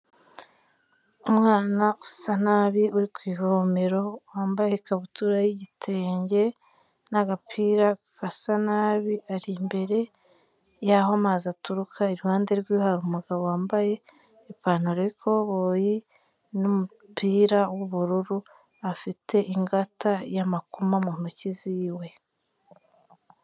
Umwana usa nabi uri ku ivomero, wambaye ikabutura y'igitenge n'agapira gasa nabi, ari imbere y'aho amazi aturuka, iruhande rw'iwe hari umugabo wambaye ipantaro y'ikoboyi n'umupira w'ubururu, afite ingata y'amakoma mu ntoki z'iwe.